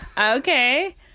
Okay